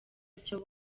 icyo